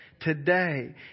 Today